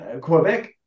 Quebec